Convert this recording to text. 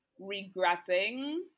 regretting